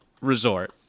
Resort